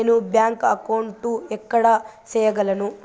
నేను bank account ఎక్కడ సేయగలను